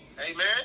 amen